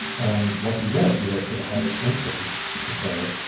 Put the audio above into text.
and what he wrote he wrote to the harvard crimson to say,